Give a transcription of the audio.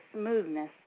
smoothness